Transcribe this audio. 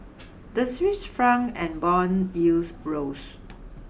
the Swiss franc and bond yields rose